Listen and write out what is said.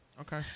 Okay